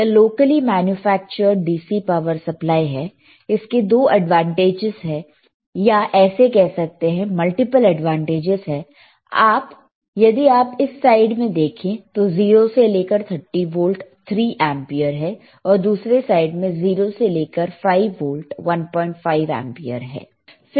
यह locally manufactured DC power supply है इसके दो एडवांटेजेस है या ऐसे कह सकते हैं मल्टीपल एडवांटेजेस है यदि आप इस साइड में देखें तो 0 से लेकर 30 वोल्ट 3 एंपियर है और दूसरे साइड में 0 से लेकर 5 वोल्ट 15 एंपियर है